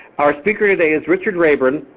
our speaker today is richard rayburn.